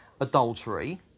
Adultery